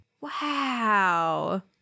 wow